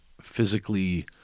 physically